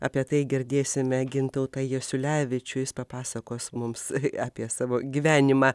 apie tai girdėsime gintautą jasiulevičių jis papasakos mums apie savo gyvenimą